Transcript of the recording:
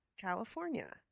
California